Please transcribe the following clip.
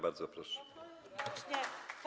Bardzo proszę.